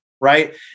Right